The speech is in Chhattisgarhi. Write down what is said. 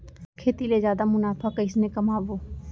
खेती ले जादा मुनाफा कइसने कमाबो?